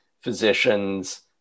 physicians